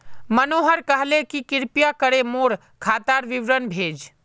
मनोहर कहले कि कृपया करे मोर खातार विवरण भेज